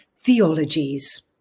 theologies